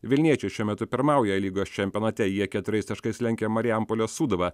vilniečiai šiuo metu pirmauja lygos čempionate jie keturiais taškais lenkia marijampolės sūduvą